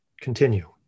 continue